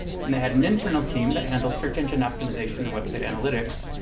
and they had an internal team that handled search engine optimization and website analytics.